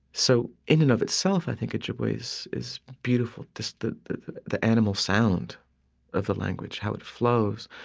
so in and of itself, i think ojibwe is is beautiful. just the the animal sound of the language, how it flows,